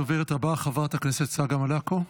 הדוברת הבאה, חברת הכנסת צגה מלקו,